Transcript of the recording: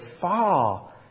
far